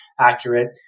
accurate